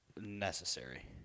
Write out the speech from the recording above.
necessary